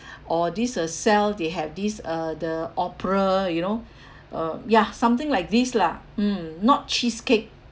or this uh Ciel they have this uh the opera you know uh ya something like this lah mm not cheesecake